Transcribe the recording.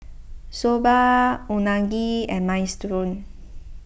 Soba Unagi and Minestrone